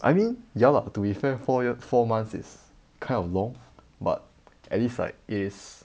I mean ya lah to be fair four years four months is kind of long but at least like is